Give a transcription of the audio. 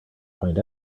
find